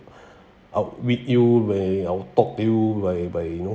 outwit you when I'll talk to you by by you know